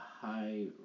high